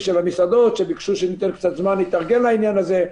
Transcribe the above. של המסעדות שביקשו שניתן קצת זמן להתארגן לעניין הזה.